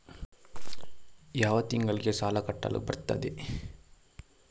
ಯಾವ ತಿಂಗಳಿಗೆ ಸಾಲ ಕಟ್ಟಲು ಬರುತ್ತದೆ?